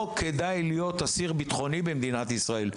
כדאי להיות אסיר בטחוני במדינת ישראל?